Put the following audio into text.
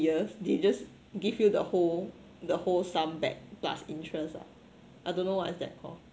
years they just give you the whole the whole sum back plus insurance ah I don't know what's that call